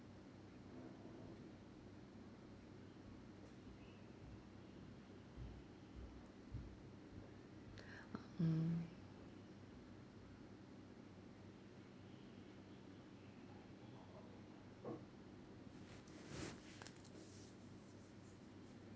ah um